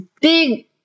big